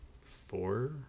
four